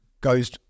goes